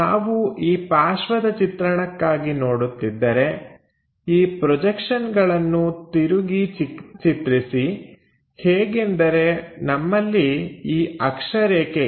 ನಾವು ಈ ಪಾರ್ಶ್ವದ ಚಿತ್ರಣಕ್ಕಾಗಿ ನೋಡುತ್ತಿದ್ದರೆ ಈ ಪ್ರೊಜೆಕ್ಷನ್ಗಳನ್ನು ತಿರುಗಿ ಚಿತ್ರಿಸಿ ಹೇಗೆಂದರೆ ನಮ್ಮಲ್ಲಿ ಈ ಅಕ್ಷರೇಖೆ ಇದೆ